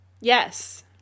Yes